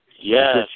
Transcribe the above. Yes